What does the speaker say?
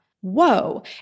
Whoa